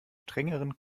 strengeren